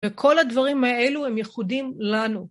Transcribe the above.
וכל הדברים האלו הם ייחודים לנו.